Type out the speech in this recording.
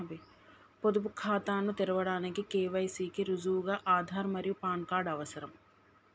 పొదుపు ఖాతాను తెరవడానికి కే.వై.సి కి రుజువుగా ఆధార్ మరియు పాన్ కార్డ్ అవసరం